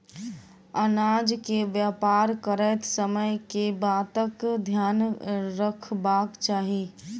अनाज केँ व्यापार करैत समय केँ बातक ध्यान रखबाक चाहि?